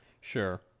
Sure